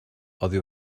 oddi